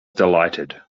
delighted